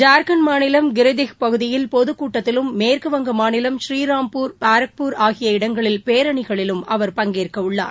ஜார்க்கண்ட் மாநிலம் கிரிதிஹ் பகுதியில் பொதுக் கூட்டத்திலும் மேற்குவங்கமாநிலம் ஸ்ரீராம்பூர் பாரக்பூர் ஆகிய இடங்களில் பேரணிகளிலும் அவர் பங்கேற்கவுள்ளார்